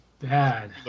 bad